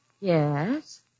Yes